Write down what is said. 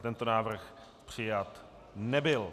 Tento návrh přijat nebyl.